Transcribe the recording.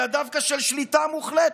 אלא דווקא של שליטה מוחלטת,